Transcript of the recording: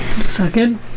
Second